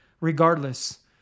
Regardless